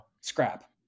scrap